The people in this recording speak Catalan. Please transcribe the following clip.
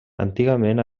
antigament